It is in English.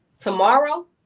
tomorrow